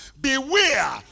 Beware